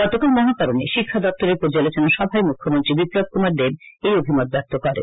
গতকাল মহাকরণে শিক্ষা দপ্তরের পর্য ালোচনা সভায় মু খ্যমন্ত্রী বিপ্লব কুমার দেব এই অভিমত ব্যক্ত করেন